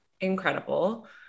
incredible